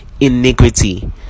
iniquity